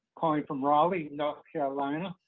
calling from raleigh, north carolina,